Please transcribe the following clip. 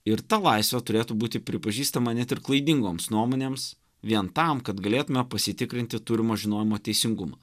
ir ta laisvė turėtų būti pripažįstama net ir klaidingoms nuomonėms vien tam kad galėtume pasitikrinti turimo žinojimo teisingumą